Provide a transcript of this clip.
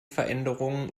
veränderungen